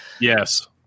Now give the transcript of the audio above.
yes